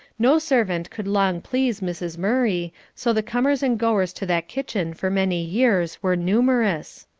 no servant could long please mrs. murray, so the comers and goers to that kitchen for many years were numerous.